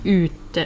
ut